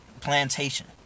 plantation